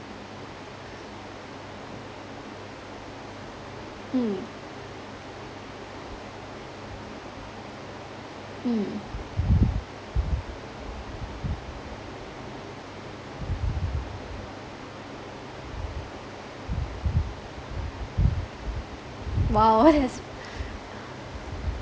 mm mm !wow! that is